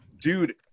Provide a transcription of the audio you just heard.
dude